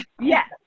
Yes